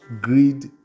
Greed